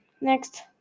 Next